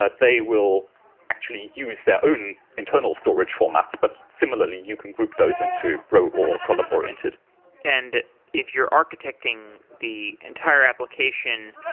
they will actually use their own internal storage formats. but similarly, you can group those into row or column-oriented and if you're architecting the entire application,